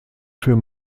für